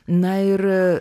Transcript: na ir